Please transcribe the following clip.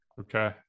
Okay